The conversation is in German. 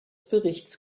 berichts